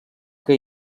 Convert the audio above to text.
que